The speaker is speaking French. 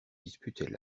disputaient